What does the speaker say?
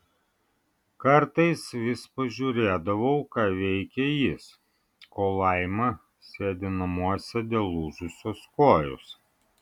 kartais vis pažiūrėdavau ką veikia jis kol laima sėdi namuose dėl lūžusios kojos